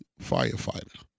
firefighter